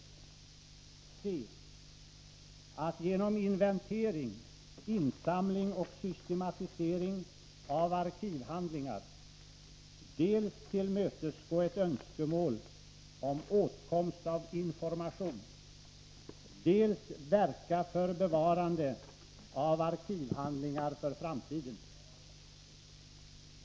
C. att genom inventering, insamling och systematisering av arkivhandlingar dels tillmötesgå önskemål om åtkomst av information, dels verka för bevarande av arkivhandlingar för framtiden.